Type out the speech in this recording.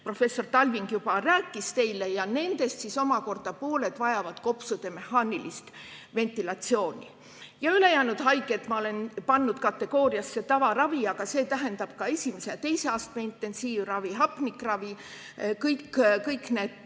professor Talving juba rääkis teile. Ja nendest omakorda pooled vajavad kopsude mehaanilist ventilatsiooni. Ülejäänud haiged ma olen pannud kategooriasse "tavaravi", aga see tähendab ka esimese ja teise astme intensiivravi, hapnikravi. See